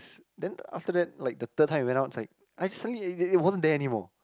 oh this is then after that like the third time we went out it's like I just suddenly it it wasn't there anymore